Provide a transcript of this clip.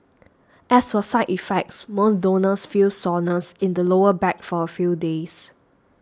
as for side effects most donors feel soreness in the lower back for a few days